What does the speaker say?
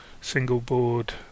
single-board